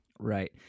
Right